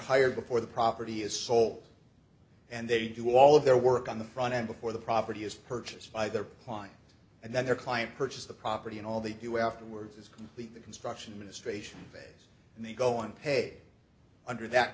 hired before the property is sold and they do all of their work on the front end before the property is purchased by their plant and then their client purchase the property and all they do afterwards is complete the construction ministration phase and they go on paid under that